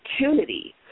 opportunity